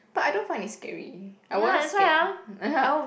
but I don't find it scary I wasn't scared